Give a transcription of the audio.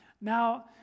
Now